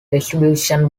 distribution